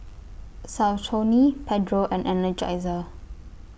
Saucony Pedro and Energizer